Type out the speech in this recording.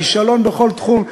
כישלון בכל תחום,